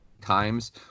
times